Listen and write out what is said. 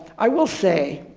i will say,